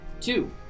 two